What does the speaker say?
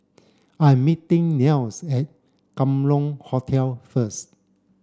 I'm meeting Nels at Kam Leng Hotel first